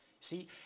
See